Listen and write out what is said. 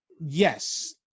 yes